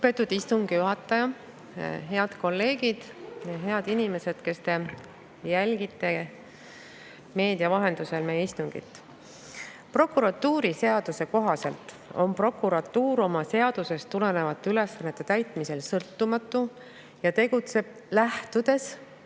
Lugupeetud istungi juhataja! Head kolleegid! Head inimesed, kes te jälgite meedia vahendusel meie istungit! Prokuratuuriseaduse kohaselt on prokuratuur oma seadusest tulenevate ülesannete täitmisel sõltumatu ja tegutseb, lähtudes